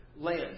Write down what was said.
land